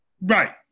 Right